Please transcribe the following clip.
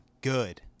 Good